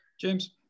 James